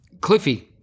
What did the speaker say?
Cliffy